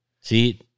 See